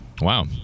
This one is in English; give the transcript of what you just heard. Wow